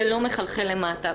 זה לא מחלחל למטה.